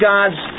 God's